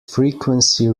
frequency